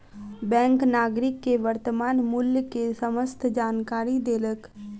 bank नागरिक के वर्त्तमान मूल्य के समस्त जानकारी देलक